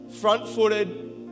front-footed